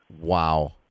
Wow